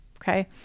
okay